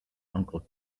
uncle